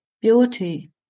beauty